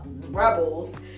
rebels